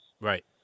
Right